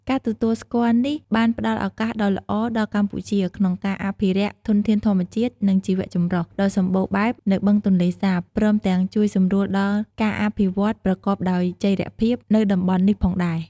ការទទួលស្គាល់នេះបានផ្ដល់ឱកាសដ៏ល្អដល់កម្ពុជា ក្នុងការ អភិរក្សធនធានធម្មជាតិ និងជីវចម្រុះ ដ៏សម្បូរបែបនៅបឹងទន្លេសាប ព្រមទាំងជួយសម្រួលដល់ ការអភិវឌ្ឍន៍ប្រកបដោយចីរភាព នៅតំបន់នេះផងដែរ។